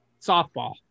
softball